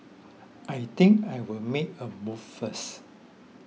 I think I will make a move first